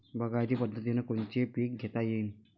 बागायती पद्धतीनं कोनचे पीक घेता येईन?